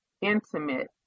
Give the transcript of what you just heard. intimate